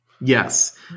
Yes